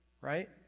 right